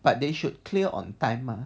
but they should clear on time mah